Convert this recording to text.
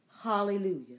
Hallelujah